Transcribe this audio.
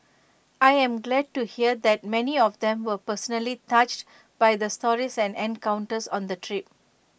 I am glad to hear that many of them were personally touched by the stories and encounters on the trip